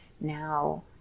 now